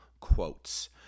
quotes